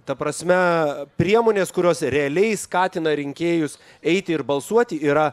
ta prasme priemonės kurios realiai skatina rinkėjus eiti ir balsuoti yra